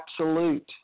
absolute